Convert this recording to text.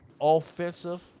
offensive